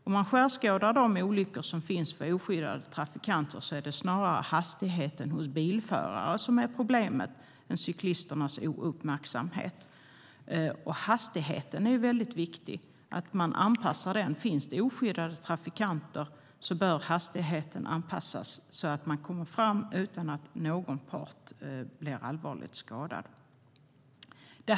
Om vi skärskådar de olyckor som sker med oskyddade trafikanter är det snarare hastigheten hos bilförarna än cyklisternas ouppmärksamhet som är problemet. Det är viktigt att man anpassar hastigheten. Finns det oskyddade trafikanter bör hastigheten anpassas så att alla kommer fram utan att någon blir allvarligt skadad.